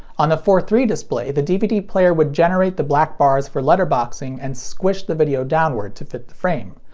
on a four three display, the dvd player would generate the black bars for letterboxing, and squish the video downward to fit the frame.